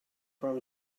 from